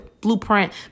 blueprint